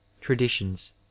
traditions